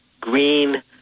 green